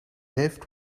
left